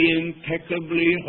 impeccably